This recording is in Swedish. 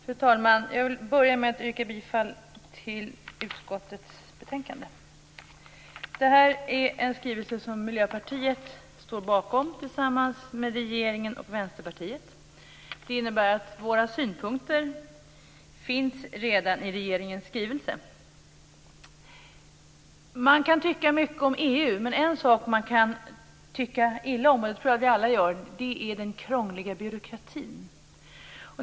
Fru talman! Jag vill börja med att yrka bifall till hemställan i utskottets betänkande. Det här är en skrivelse som Miljöpartiet står bakom tillsammans med regeringen och Vänsterpartiet. Det innebär att våra synpunkter finns redan i regeringens skrivelse. Man kan tycka mycket om EU, men en sak man kan tycka illa om, och det tror jag att vi alla gör, är den krångliga byråkratin.